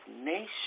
nation